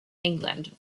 england